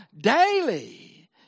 daily